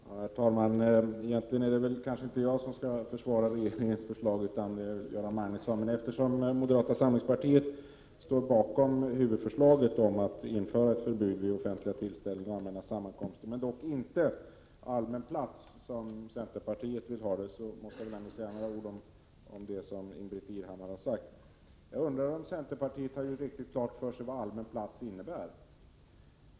Herr talman! Egentligen är det väl inte jag som skall försvara regeringens förslag utan Göran Magnusson, men eftersom moderata samlingspartiet står bakom huvudförslaget om att införa ett knivförbud vid offentliga tillställningar och allmänna sammankomster men inte på allmän plats, som centerpartiet vill, måste jag säga några ord om vad Ingbritt Irhammar anförde. Jag undrar om centerpartiet har gjort riktigt klart för sig vad allmän plats innebär.